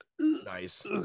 nice